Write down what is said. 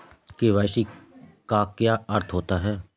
ई KYC का क्या अर्थ होता है?